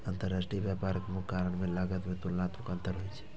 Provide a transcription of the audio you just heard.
अंतरराष्ट्रीय व्यापारक मुख्य कारण मे लागत मे तुलनात्मक अंतर होइ छै